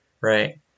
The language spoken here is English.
right